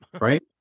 right